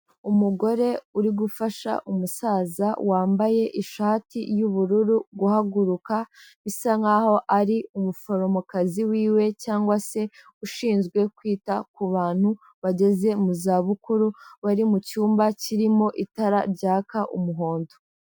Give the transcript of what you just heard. Umugore uri gufasha umusaza wambaye ishati y'ubururu guhaguruka, bisa nkaho ari umuforomokazi wiwe cyangwa se ushinzwe kwita kubantu bageze mu zabukuru, bari mu cyumba kirimo itara ryaka umuhondo.